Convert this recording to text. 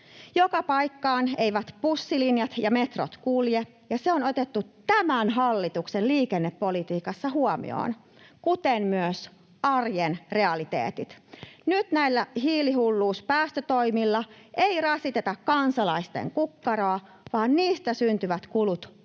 Joka paikkaan eivät bussilinjat ja metrot kulje, ja se on otettu tämän hallituksen liikennepolitiikassa huomioon, kuten myös arjen realiteetit. Nyt näillä hiilihulluuspäästötoimilla ei rasiteta kansalaisten kukkaroa, vaan niistä syntyvät kulut